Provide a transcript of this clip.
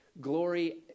Glory